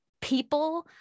people